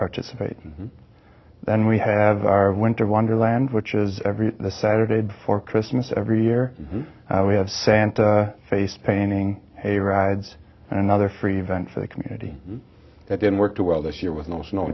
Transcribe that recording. participate then we have our winter wonderland which is every saturday before christmas every year we have santa face painting a rides and another free event for the community that didn't work too well this year with no snow